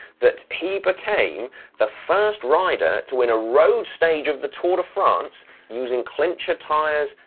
that he became the fast rider to win a road stage of the tour de france using clincher tires,